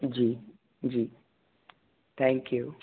जी जी थैंकयू